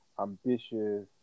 ambitious